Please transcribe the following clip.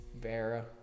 Vera